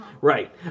right